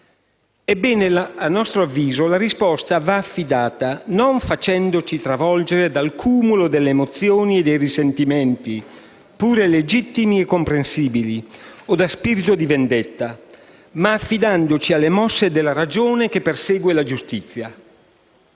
Ebbene, a nostro avviso, la risposta va perseguita non facendoci travolgere dal cumulo delle emozioni e dei risentimenti, pure legittimi e comprensibili, o da spirito di vendetta, ma affidandoci alle mosse della ragione che persegue la giustizia.